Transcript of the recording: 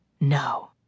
No